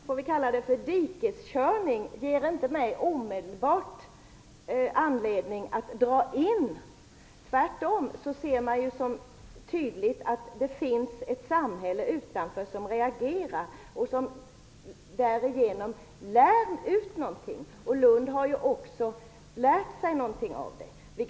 Herr talman! Nej, Lunds dikeskörning - låt mig kalla det så - ger mig inte omedelbart anledning att dra in på något. Tvärtom ser man tydligt att det finns ett samhälle utanför som reagerar och som därigenom lär ut någonting. Man har i Lund också lärt sig något av detta.